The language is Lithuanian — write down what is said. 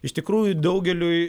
iš tikrųjų daugeliui